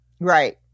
Right